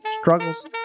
struggles